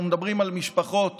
אנחנו מדברים על משפחות